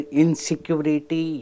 insecurity